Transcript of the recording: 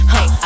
Hey